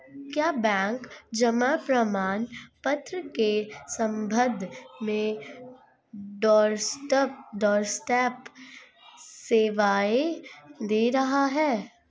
क्या बैंक जमा प्रमाण पत्र के संबंध में डोरस्टेप सेवाएं दे रहा है?